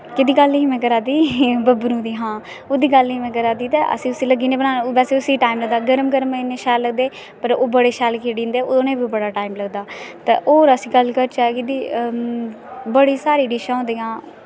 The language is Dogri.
केह्दी गल्ल ही में करा दी बबरू दी हां ओह्दा गल्ल ही में करा दी ते उस्सी लग्गी पौन्ने अस बनान बैसे उस्सी टाईम लगदा गर्म गर्म इन्ने शैल लगदे पर ओह् बड़े शैल खिड़ी जंदे उ'नें गी बी बड़ा टाईम लगदा होर अस गल्ल करचै केह्दी बड़ा सारी डिशां होंदियां